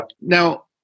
Now